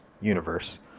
universe